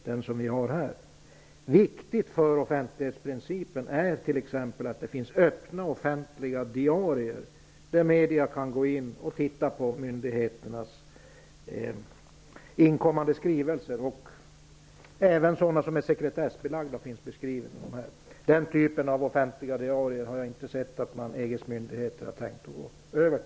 Det är t.ex. viktigt att det finns öppna offentliga diarier, där medierna kan gå in och studera myndigheternas inkommande skrivelser, även sådana som är sekretessbelagda. Den typen av offentliga diarier har jag inte sett att EU:s myndigheter tänker införa.